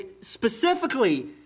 specifically